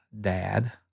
dad